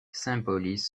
symbolise